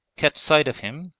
catch sight of him,